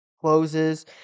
closes